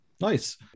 Nice